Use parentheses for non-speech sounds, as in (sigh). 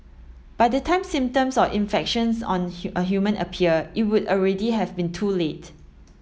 by the time symptoms of infections on a (unintelligible) human appear it would already have been too late